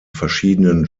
verschiedenen